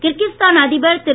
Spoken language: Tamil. கிர்கிஸ்தான் அதிபர் திரு